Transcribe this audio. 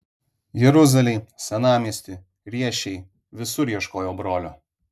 jeruzalėj senamiesty riešėj visur ieškojau brolio